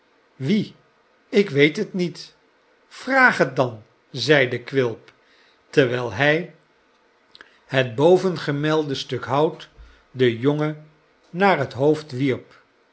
wie ik weet het niet vraag het dan i zeide quilp terwijl hij het bovengemelde stuk hout den jongen naar het hoofd wierp